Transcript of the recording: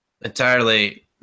Entirely